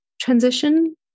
transition